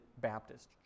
Baptist